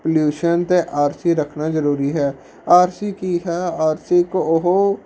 pollution ਅਤੇ R C ਰੱਖਣਾ ਜ਼ਰੂਰੀ ਹੈ ਆਰ ਸੀ ਕੀ ਹੈ ਆਰ ਸੀ ਇੱਕ ਉਹ